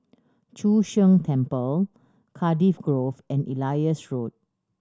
Chu Sheng Temple Cardiff Grove and Elias Road